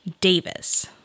Davis